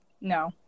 No